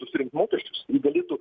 susirinkt mokesčius ji galėtų